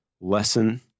lesson